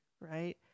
right